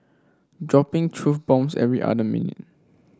dropping truth bombs every other minute